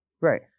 right